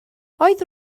oedd